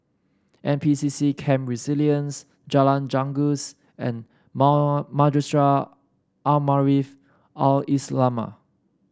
N P C C Camp Resilience Jalan Janggus and Mar Madrasah Al Maarif Al Islamiah